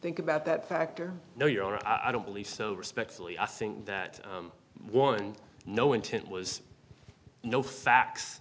think about that factor no your honor i don't believe so respectfully i think that one no intent was no facts